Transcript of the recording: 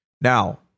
Now